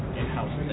in-house